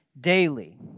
daily